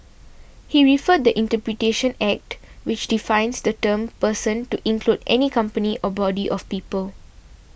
he referred the Interpretation Act which defines the term person to include any company or body of people